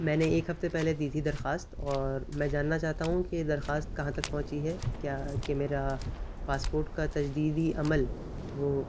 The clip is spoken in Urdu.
میں نے ایک ہفتے پہلے دی تھی درخواست اور میں جاننا چاہتا ہوں کہ درخواست کہاں تک پہنچی ہے کیا کہ میرا پاسپورٹ کا تجدیدی عمل وہ